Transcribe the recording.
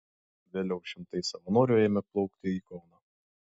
vėliau šimtai savanorių ėmė plaukti į kauną